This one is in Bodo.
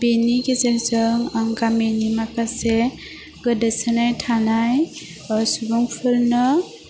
बिनि गेजेरजों आं गामिनि माखासे गोदोसोनानै थानाय ओह सुबुंफोरनो